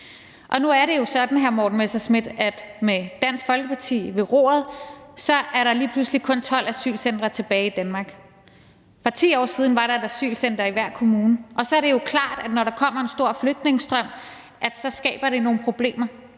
Messerschmidt, at med Dansk Folkeparti ved roret er der lige pludselig kun 12 asylcentre tilbage i Danmark. For 10 år siden var der et asylcenter i hver kommune, og så er det jo klart, at når der kommer en stor flygtningestrøm, så skaber det nogle problemer.